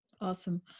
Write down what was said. awesome